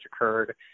occurred